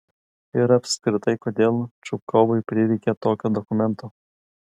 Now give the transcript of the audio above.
ir apskritai kodėl čupkovui prireikė tokio dokumento